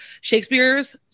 Shakespeare's